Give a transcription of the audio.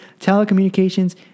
telecommunications